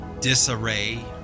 disarray